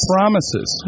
Promises